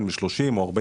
ב-30 מיליון ₪,